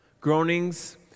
Groanings